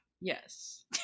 Yes